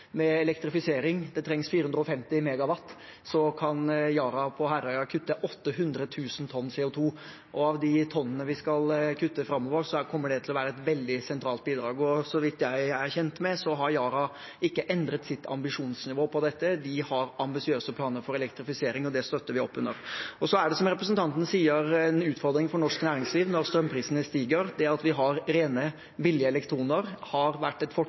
med elektrifisering. Det trengs 450 MW, og så kan Yara på Herøya kutte 800 000 tonn CO 2 , og av de tonnene vi skal kutte framover, kommer dette til å være et veldig sentralt bidrag. Så vidt jeg er kjent med, har Yara ikke endret sitt ambisjonsnivå på dette. De har ambisiøse planer for elektrifisering, og det støtter vi opp under. Som representanten sier, er det en utfordring for norsk næringsliv når strømprisene stiger. Det at vi har rene, billige elektroner, har vært et